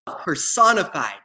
personified